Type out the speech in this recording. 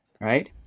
right